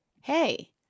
hey